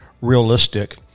realistic